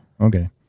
okay